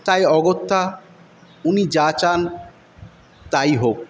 তাই অগত্যা উনি যা চান তাই হোক